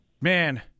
Man